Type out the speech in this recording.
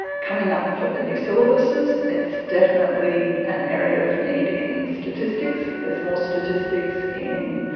coming up for the new syllabuses it's definitely an area of need in statistics. there's more statistics in,